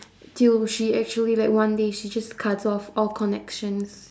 till she actually like one day she just cuts off all connections